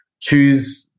choose